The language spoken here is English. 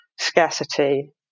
scarcity